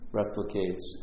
replicates